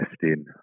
testing